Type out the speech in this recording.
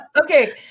Okay